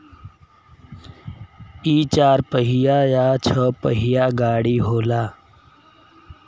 इ चार पहिया या छह पहिया के गाड़ी होला